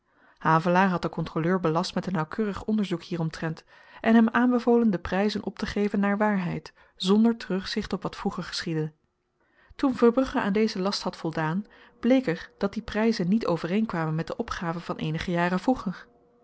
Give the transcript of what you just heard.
havelaar had den kontroleur belast met een nauwkeurig onderzoek hieromtrent en hem aanbevolen de pryzen optegeven naar waarheid zonder terugzicht op wat vroeger geschiedde toen verbrugge aan dezen last had voldaan bleek er dat die pryzen niet overeen kwamen met de opgaven van eenige jaren vroeger